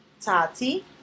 Tati